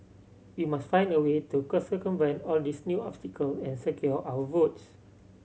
we must find a way to all these new obstacle and secure our votes